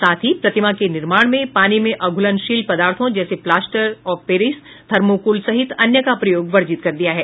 साथ ही प्रतिमा के निर्माण में पानी में अघुलनशील पदार्थ जैसे प्लास्टर ऑफ पेरिस थर्मोकोल सहित अन्य का प्रयोग वर्जित कर दिया है